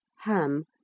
Ham